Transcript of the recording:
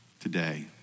today